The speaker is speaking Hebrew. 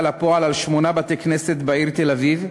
לפועל על שמונה בתי-כנסת בעיר תל-אביב,